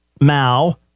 Mao